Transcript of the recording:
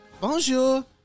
Bonjour